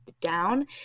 down